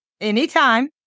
Anytime